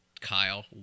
Kyle